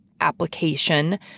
application